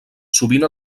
sovint